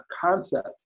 concept